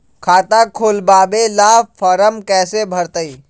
खाता खोलबाबे ला फरम कैसे भरतई?